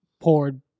poured